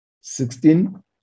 Sixteen